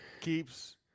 keeps